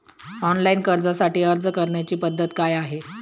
Online कर्जासाठी अर्ज करण्याची पद्धत काय आहे?